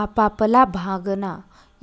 आपापला भागना